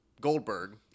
Goldberg